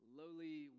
lowly